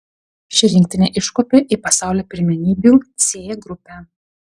ši rinktinė iškopė į pasaulio pirmenybių c grupę